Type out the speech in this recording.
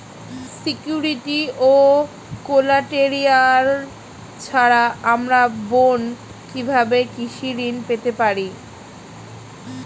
Security ও collateral ছাড়া আমার বোন কিভাবে কৃষি ঋন পেতে পারে?